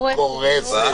קורסת.